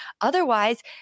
otherwise